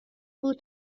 بود